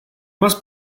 must